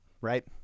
right